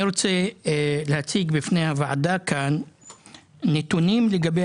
אני רוצה להציג בפני הוועדה נתונים לגבי